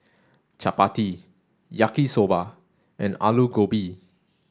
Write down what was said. Chapati Yaki soba and Alu Gobi